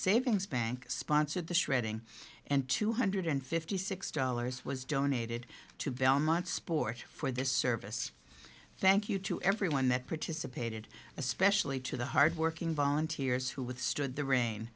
savings bank sponsored the shredding and two hundred fifty six dollars was donated to belmont sport for this service thank you to everyone that participated especially to the hardworking volunteers who withstood the rain